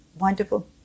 wonderful